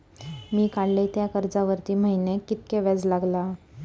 मी काडलय त्या कर्जावरती महिन्याक कीतक्या व्याज लागला?